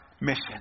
mission